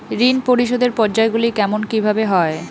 ঋণ পরিশোধের পর্যায়গুলি কেমন কিভাবে হয়?